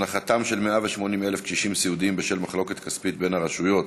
הזנחתם של 180,000 קשישים סיעודיים בשל מחלוקת כספית בין הרשויות,